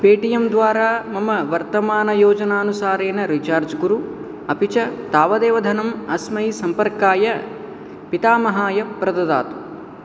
Paytm द्वारा मम वर्तमानयोजनानुसारेण रीचार्ज् कुरु अपि च तावदेव धनम् अस्मै सम्पर्काय पितामहाय प्रददातु